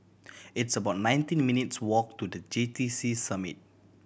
it's about nineteen minutes' walk to The J T C Summit